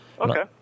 Okay